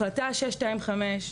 החלטה 625,